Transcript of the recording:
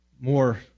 more